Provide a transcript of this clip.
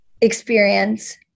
experience